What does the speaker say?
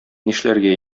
нишләргә